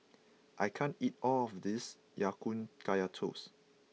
I can't eat all of this Ya Kun Kaya Toast